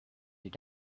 your